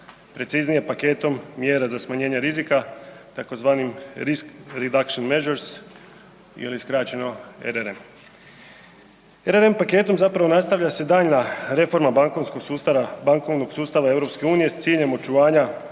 preciznije paketom mjera za smanjenje rizika tzv. Risk reduction measures skraćeno RRM. RRM paketom zapravo nastavlja se daljnja reforma bankovnog sustava EU s ciljem očuvanja